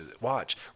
watch